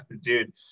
dude